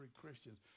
Christians